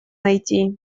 найти